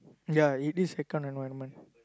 yeah it is a kind environment